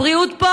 הבריאות,